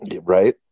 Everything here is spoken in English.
right